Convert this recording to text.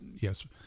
Yes